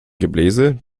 gebläse